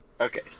Okay